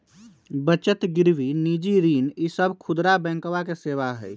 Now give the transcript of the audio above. बचत गिरवी निजी ऋण ई सब खुदरा बैंकवा के सेवा हई